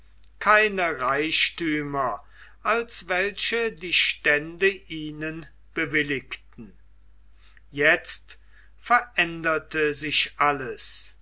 keine reichthümer als welche die stände ihnen bewilligten jetzt veränderte sich alles